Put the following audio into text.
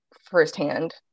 firsthand